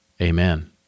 Amen